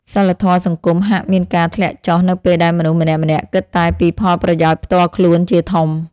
សីលធម៌សង្គមហាក់មានការធ្លាក់ចុះនៅពេលដែលមនុស្សម្នាក់ៗគិតតែពីផលប្រយោជន៍ផ្ទាល់ខ្លួនជាធំ។